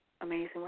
amazing